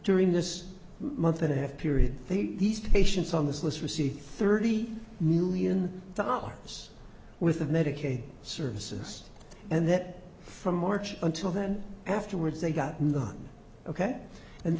during this month and a half period these patients on this list received thirty million dollars with the medicaid services and that from march until then afterwards they've gotten the ok and